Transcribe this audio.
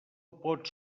pot